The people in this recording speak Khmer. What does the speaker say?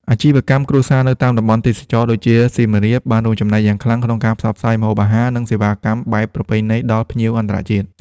អាជីវកម្មគ្រួសារនៅតាមតំបន់ទេសចរណ៍ដូចជាសៀមរាប បានរួមចំណែកយ៉ាងខ្លាំងក្នុងការផ្សព្វផ្សាយម្ហូបអាហារ និងសេវាកម្មបែបប្រពៃណីដល់ភ្ញៀវអន្តរជាតិ។